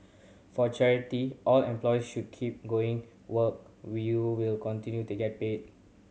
for charity all employees should keep going work will you will continue to get paid